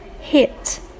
hit